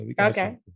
Okay